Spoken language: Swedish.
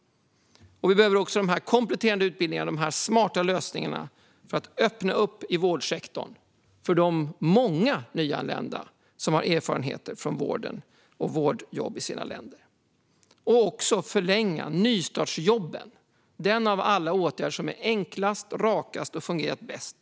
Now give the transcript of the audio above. Vi behöver också kompletterande utbildningar och smarta lösningar för att öppna vårdsektorn för de många nyanlända som har tidigare erfarenhet av vårdjobb. Nystartsjobben är den av alla åtgärder som är enklast och rakast och har fungerat bäst.